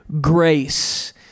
grace